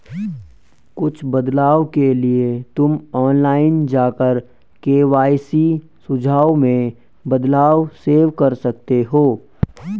कुछ बदलाव के लिए तुम ऑनलाइन जाकर के.वाई.सी सुझाव में बदलाव सेव कर सकते हो